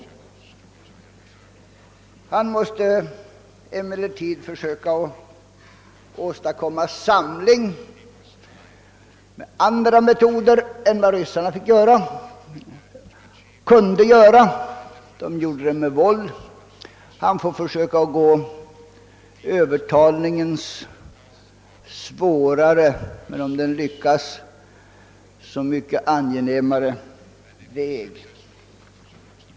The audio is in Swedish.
Nixon måste emellertid försöka åstadkomma samling med andra metoder än vad ryssarna gjorde. De gjorde det med våld. Nixon får försöka att gå övertalningens svårare men, om han lyckas, mycket angenämare väg.